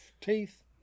teeth